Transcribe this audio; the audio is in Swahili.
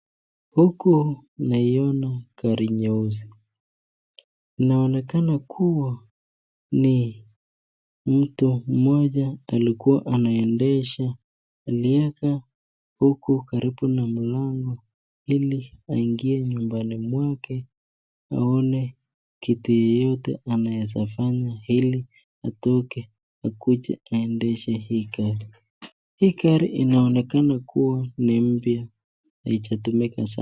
Huku, naiona gari nyeusi. Inaonekana kuwa ni mtu mmoja alikuwa anaendesha, aliiweka huku karibu na mlango ili aingie nyumbani mwake aone kitu yoyote anaweza fanya ili atoke akuje aendeshe hii gari. Hii gari inaonekana kuwa ni mpya, haijatumika sana.